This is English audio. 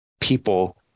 people